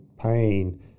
pain